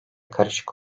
karışık